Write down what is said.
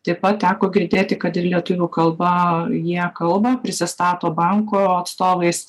taip pat teko girdėti kad ir lietuvių kalba jie kalba prisistato banko atstovais